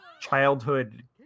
childhood